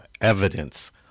evidence